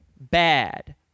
bad